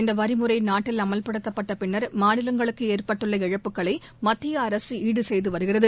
இந்த வரி முறை நாட்டில் அமல்படுத்தப்பட்ட பின்னர் மாநிலங்களுக்கு ஏற்பட்டுள்ள இழப்புகளை மத்திய அரசு ஈடு செய்து வருகிறது